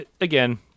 Again